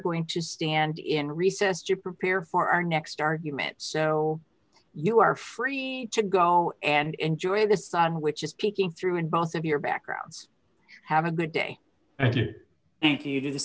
going to stand in recess to prepare for our next argument so you are free to go and enjoy the sun which is peeking through in both of your backgrounds have a good day and